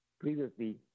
previously